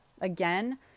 again